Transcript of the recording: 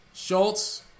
Schultz